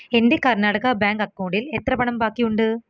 എൻ്റെ കർണാടക ബാങ്ക് അക്കൗണ്ടിൽ എത്ര പണം ബാക്കി ഉണ്ട്